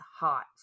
hot